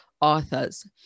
authors